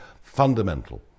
fundamental